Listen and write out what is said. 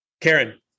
Karen